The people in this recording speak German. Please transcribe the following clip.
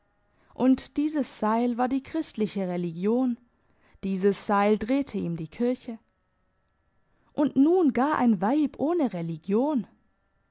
und dieses seil war die christliche religion dieses seil drehte ihm die kirche und nun gar ein weib ohne religion